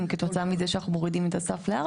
כתוצאה מזה שאנחנו מורידים את הסף ל-4,